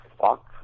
fuck